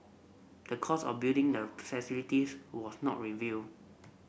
the cost of building the facilities was not reveal